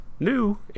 new